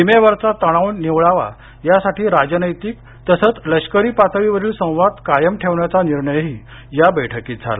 सीमेवरचा तणाव निवळावा यासाठी राजनैतिक तसंच लष्करी पातळीवरील संवाद कायम ठेवण्याचा निर्णयही या बैठकीत झाला